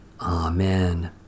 Amen